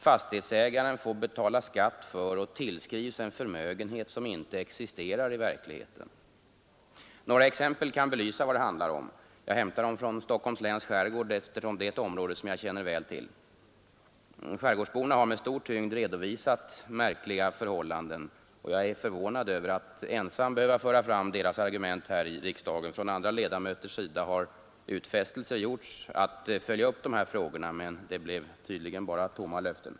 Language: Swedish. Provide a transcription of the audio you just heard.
Fastighetsägaren får betala skatt för och tillskrivs en förmögenhet som inte existerar i verkligheten. Några exempel kan belysa vad det handlar om. Jag hämtar dem från Stockholms läns skärgård, eftersom det är ett område som jag känner väl till. Skärgårdsborna har med stor tyngd redovisat märkliga förhållanden, och jag är förvånad över att ensam behöva föra fram deras argument här i riksdagen. Från andra ledamöters sida har utfästelser gjorts att följa upp dessa frågor, men det blev tydligen bara tomma löften.